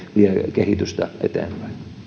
kehitystä eteenpäin